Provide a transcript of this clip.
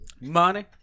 Money